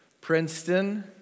Princeton